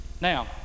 Now